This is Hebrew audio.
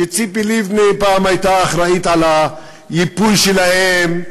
שציפי לבני פעם הייתה אחראית על הייפוי שלהן,